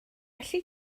gallu